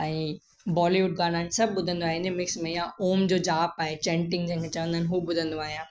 ऐं बॉलीवुड गाना आहिनि सभु ॿुधंदो आहियां इन मिक्स में या ओम जो जाप आहे चेंटिंग जंहिंखें चवंदा आहिनि हू ॿुधंदो आहियां